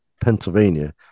Pennsylvania